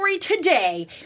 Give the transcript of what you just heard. Today